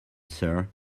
sir